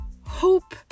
hope